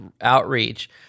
outreach